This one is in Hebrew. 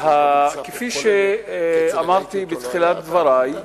כפי אמרתי שבתחילת דברי,